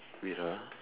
wait ah